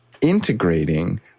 integrating